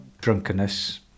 drunkenness